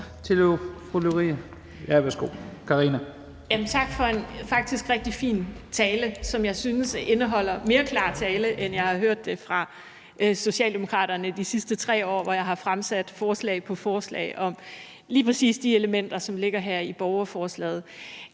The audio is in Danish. Tak for en faktisk rigtig fin tale, som jeg synes indeholder mere klar tale, end jeg har hørt det fra Socialdemokraterne de sidste 3 år, hvor jeg har fremsat forslag på forslag om lige præcis de elementer, som ligger her i borgerforslaget.